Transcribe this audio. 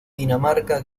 dinamarca